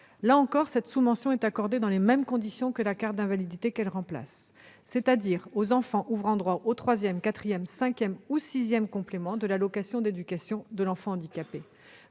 Là encore, cette sous-mention est accordée dans les mêmes conditions que la carte d'invalidité qu'elle remplace, c'est-à-dire aux enfants ouvrant droit au troisième, quatrième, cinquième ou sixième complément de l'allocation d'éducation de l'enfant handicapé,